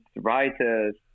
writers